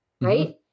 right